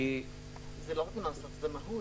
זה לא רק הנוסח, זה מהות.